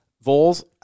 Voles